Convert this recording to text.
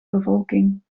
bevolking